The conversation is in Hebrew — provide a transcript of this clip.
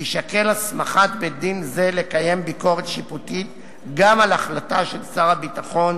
תישקל הסמכת בית-דין זה לקיים ביקורת שיפוטית גם על החלטה של שר הביטחון